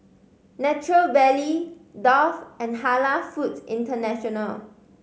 Nature Valley Dove and Halal Foods International